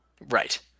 Right